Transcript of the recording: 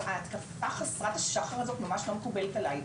ההתקפה חסרת שחר הזאת ממש לא מקובלת עליי,